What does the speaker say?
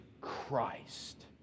Christ